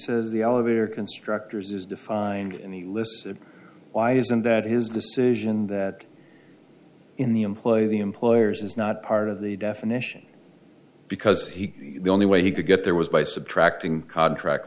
says the elevator constructors is defined in the list of why isn't that his decision that in the employee the employer's is not part of the definition because he only way he could get there was by subtracting contract